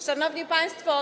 Szanowni Państwo!